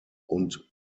und